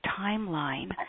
timeline